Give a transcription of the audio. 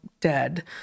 dead